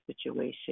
situation